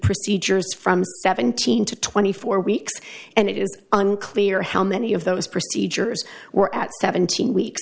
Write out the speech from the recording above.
procedures from seventeen to twenty four weeks and it is unclear how many of those procedures were at seventeen weeks